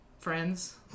Friends